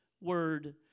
word